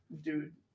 Dude